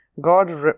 God